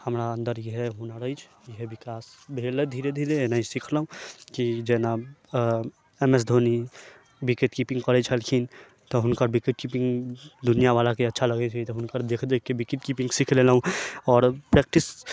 तऽ हमरा अन्दर इहे हुनर अछि इहे विकास भेल धीरे धीरे एनहे सीखलहुॅं की जेना M S Dhoni wicket keeping करै छलखिन तऽ हुनकर विकेट कीपिंग दुनिआ बला के अच्छा लगै छै तऽ हुनकर देख देख के विकेट कीपिंग सीख लेलहुॅं आओर प्रैक्टिस